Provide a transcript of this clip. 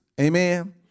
Amen